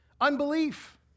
unbelief